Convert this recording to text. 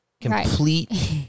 Complete